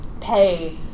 pay